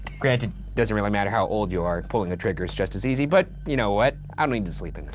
granted, it doesn't really matter how old you are. pulling the trigger is just as easy, but you know what, i don't need to sleep and